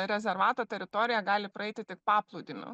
rezervato teritoriją gali praeiti tik paplūdimiu